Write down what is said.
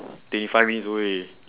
twenty five minutes only